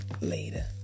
later